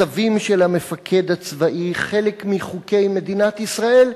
צווים של המפקד הצבאי, חלק מחוקי מדינת ישראל,